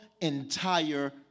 entire